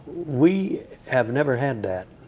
we have never had that,